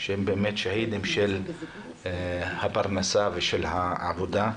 והם באמת שהידים של הפרנסה ושל העבודה.